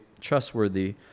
trustworthy